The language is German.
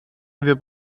wir